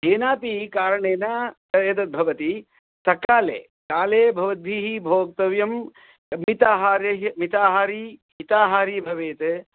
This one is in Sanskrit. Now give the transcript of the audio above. केनापि कारणेन एतत् भवति सकाले काले भवद्भिः भोक्तव्यं मिताहारैः मिताहारी हिताहारी भवेत्